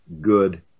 good